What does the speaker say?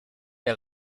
der